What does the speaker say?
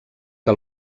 que